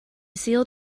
sealed